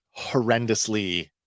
horrendously